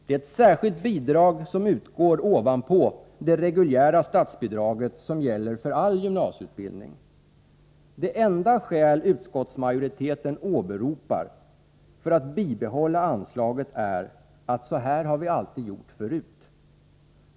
Det är ett särskilt bidrag som utgår ovanpå det reguljära statsbidrag som gäller för all gymnasieutbildning. Det enda skäl utskottsmajoriteten åberopar för att bibehålla anslaget är: Så här har vi alltid gjort förut.